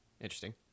Interesting